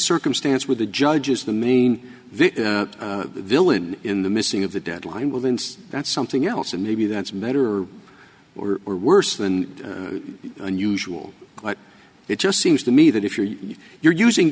circumstance where the judge is the main victim the villain in the missing of the deadline will insist that's something else and maybe that's better or worse than unusual but it just seems to me that if you're if you're using